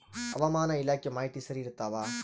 ಹವಾಮಾನ ಇಲಾಖೆ ಮಾಹಿತಿ ಸರಿ ಇರ್ತವ?